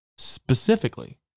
Specifically